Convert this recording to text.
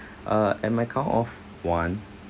uh at my count of one